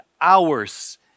hours